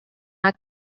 not